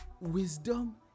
wisdom